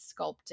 sculpting